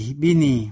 bini